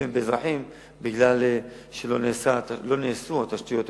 ובאזרחים משום שלא נעשו התשתיות המתבקשות.